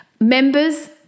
Members